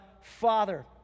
Father